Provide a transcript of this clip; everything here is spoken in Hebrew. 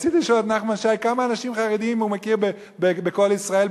רציתי לשאול את נחמן שי כמה אנשים חרדים הוא מכיר ב"קול ישראל",